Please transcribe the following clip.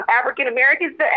African-Americans